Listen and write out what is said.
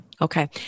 Okay